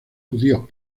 judíos